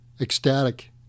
ecstatic